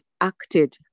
acted